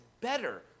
better